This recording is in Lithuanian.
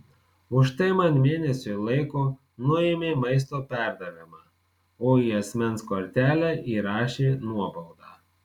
už tai man mėnesiui laiko nuėmė maisto perdavimą o į asmens kortelę įrašė nuobaudą